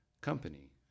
company